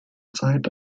zeit